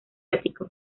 ático